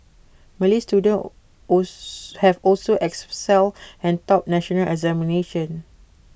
Malay students have also excelled and topped national examinations